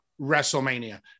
WrestleMania